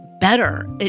better